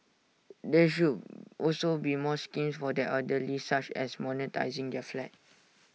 there should also be more schemes for the elderly such as monetising their flat